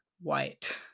white